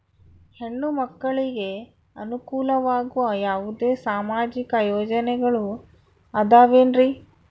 ಹೆಣ್ಣು ಮಕ್ಕಳಿಗೆ ಅನುಕೂಲವಾಗುವ ಯಾವುದೇ ಸಾಮಾಜಿಕ ಯೋಜನೆಗಳು ಅದವೇನ್ರಿ?